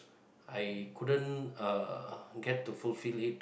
I couldn't uh get to fulfil it